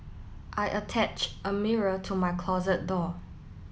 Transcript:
I attach a mirror to my closet door